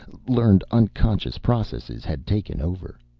learned unconscious processes had taken over.